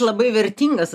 labai vertingas